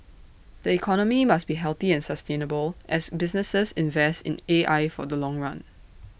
the economy must be healthy and sustainable as businesses invest in A I for the long run